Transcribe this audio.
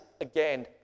again